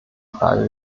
frage